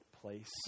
place